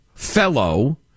Fellow